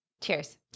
Cheers